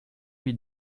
lui